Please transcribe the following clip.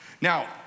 Now